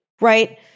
right